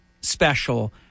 special